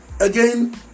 again